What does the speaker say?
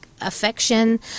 affection